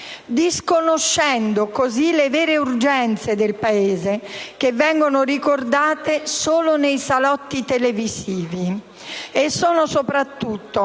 disconoscendo così le vere urgenze del Paese, che vengono ricordate solo nei salotti televisivi. Mi riferisco, soprattutto,